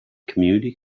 community